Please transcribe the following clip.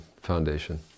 Foundation